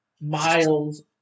Miles